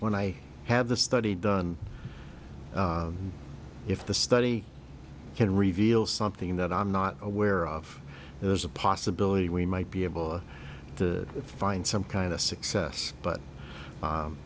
when i have the study done if the study can reveal something that i'm not aware of there's a possibility we might be able to find some kind of success but